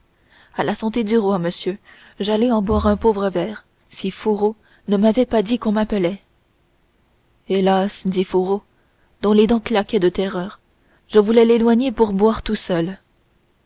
à la santé du roi monsieur j'allais en boire un pauvre verre si fourreau ne m'avait pas dit qu'on m'appelait hélas dit fourreau dont les dents claquaient de terreur je voulais l'éloigner pour boire tout seul